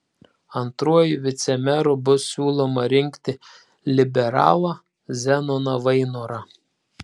antruoju vicemeru bus siūloma rinkti liberalą zenoną vainorą